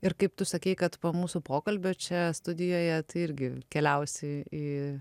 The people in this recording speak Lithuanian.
ir kaip tu sakei kad po mūsų pokalbio čia studijoje tai irgi keliausi į